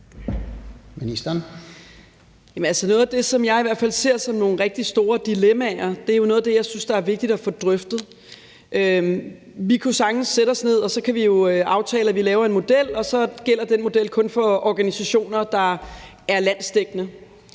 Noget af det, som jeg i hvert fald ser som nogle rigtig store dilemmaer, er jo noget af det, jeg synes er vigtigt at få drøftet. Vi kunne sagtens sætte os ned, og så kan vi jo aftale, at vi laver en model, og så gælder den model kun for organisationer, der er landsdækkende.